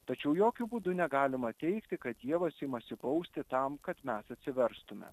tačiau jokiu būdu negalima teigti kad dievas imasi bausti tam kad mes atsiverstume